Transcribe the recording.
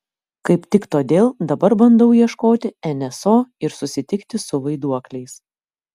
kaip tik todėl dabar bandau ieškoti nso ir susitikti su vaiduokliais